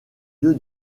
lieu